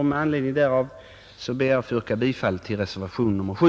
Med anledning därav ber jag att få yrka bifall till reservationen 7.